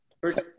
First